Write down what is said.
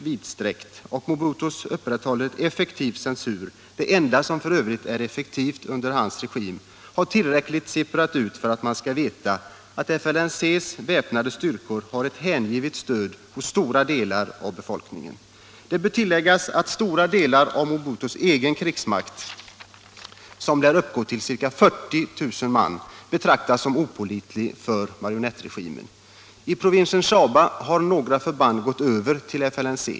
vidsträckt och Mobutu upprätthåller en effektiv censur — f. ö. det enda som är effektivt under hans regim — har tillräckligt sipprat ut för att man skall veta att FLNC:s väpnade styrkor har ett hängivet stöd hos stora delar av befolkningen. Det bör tilläggas att stora delar av Mobutus egen krigsmakt, som lär uppgå till ca 40 000 man, betraktas som opålitliga för marionettregimen. I provinsen Shaba har några förband gått över till FLNC.